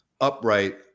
upright